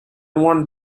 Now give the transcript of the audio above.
one